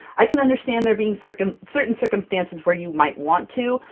i can understand there being certain certain circumstances where you might want to,